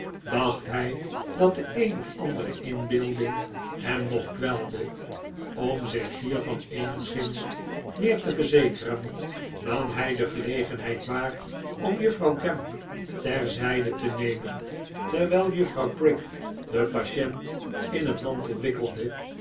dacht hij dat de een of andere inbeelding hem nog kwelde om zich hiervan eenigszins meer te verzekeren nam hij de gelegenheid waar om juffrouw gamp ter zijde te nemen terwijl juffrouw prig den patient in een mantel wikkelde